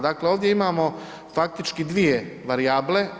Dakle, ovdje imamo faktički dvije varijable.